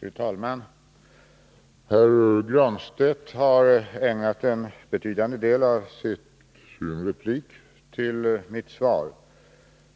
Fru talman! Herr Granstedt har ägnat en betydande del av sin replik till mitt svar